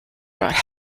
brought